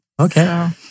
Okay